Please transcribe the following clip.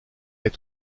est